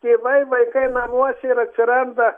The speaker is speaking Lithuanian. tėvai vaikai namuose ir atsiranda